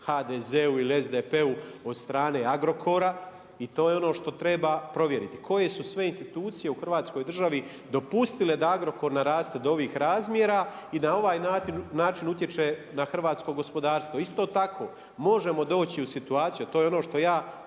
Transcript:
HDZ-u ili SDP-u od strane Agrokora i to je ono što treba provjeriti. Koje su sve institucije u Hrvatskoj državi dopustile da Agrokor naraste do ovih razmjera i na ovaj način utječe na hrvatsko gospodarstvo. Isto tako, možemo doći u situaciju, a to je ono što ja